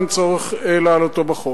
אין צורך להעלותו בחוק.